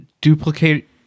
duplicate